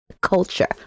culture